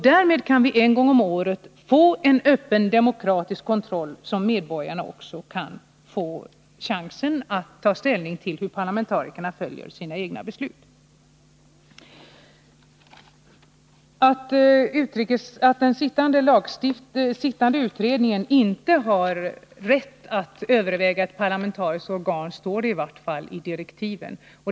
Därmed kan vi en gång om året få en öppen demokratisk debatt, så att medborgarna kan få chansen att ta ställning till hur parlamentarikerna följer sina egna beslut. Att den sittande utredningen inte har rätt att överväga ett parlamentariskt organ står i vart fall i direktiven.